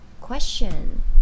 question